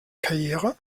karriere